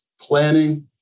planning